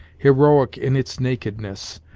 heroic in its nakedness,